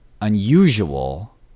unusual